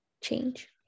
change